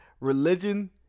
religion